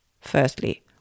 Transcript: Firstly